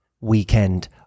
weekend